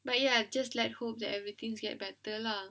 but ya just let's hope that everything's get better lah